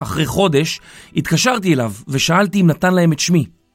אחרי חודש התקשרתי אליו ושאלתי אם נתן להם את שמי.